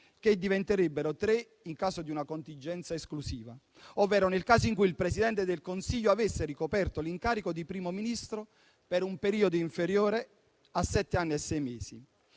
che diventerebbero tre in caso di una contingenza esclusiva ovvero nel caso in cui il Presidente del Consiglio avesse ricoperto l'incarico di Primo Ministro per un periodo inferiore a sette anni e sei mesi.